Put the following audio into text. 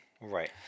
Right